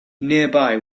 nearby